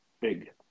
big